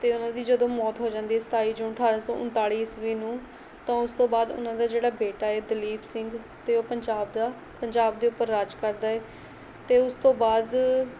ਅਤੇ ਉਹਨਾਂ ਦੀ ਜਦੋਂ ਮੌਤ ਹੋ ਜਾਂਦੀ ਸਤਾਈ ਜੂਨ ਅਠਾਰ੍ਹਾਂ ਸੌ ਉਨਤਾਲ਼ੀ ਈਸਵੀ ਨੂੰ ਤਾਂ ਉਸ ਤੋਂ ਬਾਅਦ ਉਹਨਾਂ ਦਾ ਜਿਹੜਾ ਬੇਟਾ ਏ ਦਲੀਪ ਸਿੰਘ ਅਤੇ ਉਹ ਪੰਜਾਬ ਦਾ ਪੰਜਾਬ ਦੇ ਉੱਪਰ ਰਾਜ ਕਰਦਾ ਏ ਅਤੇ ਉਸ ਤੋਂ ਬਾਅਦ